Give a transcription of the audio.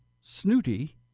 Snooty